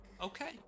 Okay